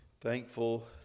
thankful